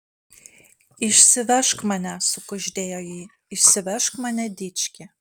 išsivežk mane sukuždėjo ji išsivežk mane dički